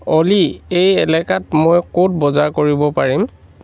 অলি এই এলেকাত মই ক'ত বজাৰ কৰিব পাৰিম